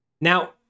Now